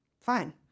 fine